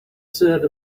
said